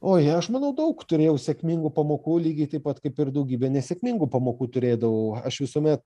oi aš manau daug turėjau sėkmingų pamokų lygiai taip pat kaip ir daugybę nesėkmingų pamokų turėdavau aš visuomet